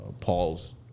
paul's